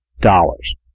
dollars